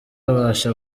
abasha